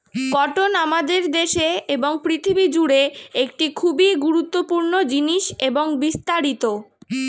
cotton আমাদের দেশে এবং পৃথিবী জুড়ে একটি খুবই গুরুত্বপূর্ণ জিনিস এবং বিস্তারিত